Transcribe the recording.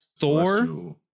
Thor